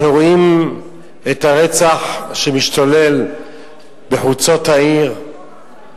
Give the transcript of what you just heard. אנחנו רואים את הרצח שמשתולל בחוצות העיר,